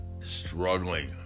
struggling